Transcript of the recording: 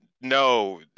No